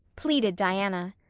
pleaded diana.